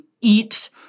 eat